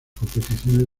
competiciones